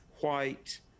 white